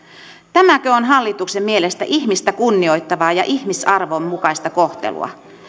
tämäkö on hallituksen mielestä ihmistä kunnioittavaa ja ihmisarvon mukaista kohtelua